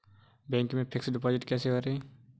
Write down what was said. Bank में fix deposit कैसे करें?